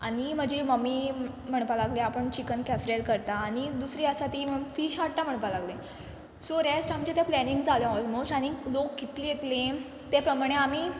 आनी म्हजी मम्मी म्हणपाक लागली आपूण चिकन कॅफ्रियल करतां आनी दुसरी आसा ती म्ह फीश हाडटा म्हणपा लागली सो रॅस्ट आमचें तें प्लॅनींग जालें ऑलमोस्ट आनींग लोक कितलीं येतलीं ते प्रमाणे आमी